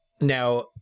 now